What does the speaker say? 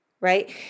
right